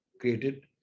created